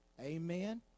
Amen